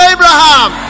Abraham